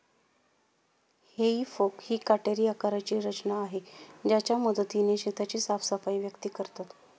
हेई फोक ही काटेरी आकाराची रचना आहे ज्याच्या मदतीने शेताची साफसफाई व्यक्ती करतात